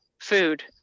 food